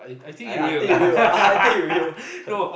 yeah yeah I take with you ah I take with you